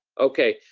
okay,